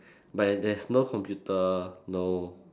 but if there's no computer no